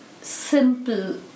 simple